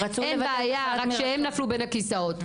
אין בעיה, רק שהן נפלו בין הכיסאות.